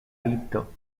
listo